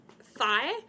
thigh